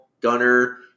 Gunner